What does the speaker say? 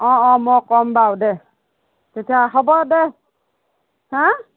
অঁ অঁ মই ক'ম বাৰু দে তেতিয়া হ'ব দে হেঁ